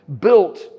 built